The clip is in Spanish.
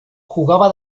jugaba